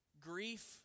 Grief